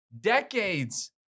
decades